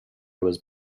was